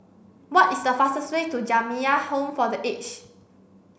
what is the fastest way to Jamiyah Home for the Aged